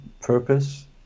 purpose